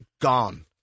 gone